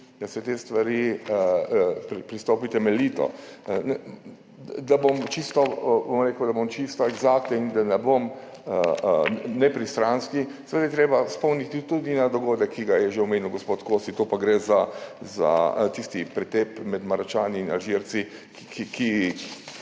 da se do teh stvari pristopi temeljito. Da bom čisto eksakten in da ne bom nepristranski, seveda je treba spomniti tudi na dogodek, ki ga je omenil že gospod Kosi, gre za tisti pretep med Maročani in Alžirci, ki